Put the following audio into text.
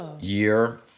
year